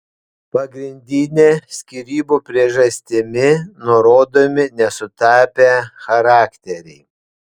pagrindinė skyrybų priežastimi nurodomi nesutapę charakteriai